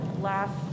last